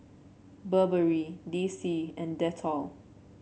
Burberry D C and Dettol